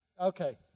Okay